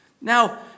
Now